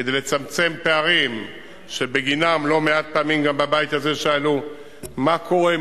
כדי לצמצם פערים שבגינם לא מעט פעמים גם בבית הזה שאלו מה קורה,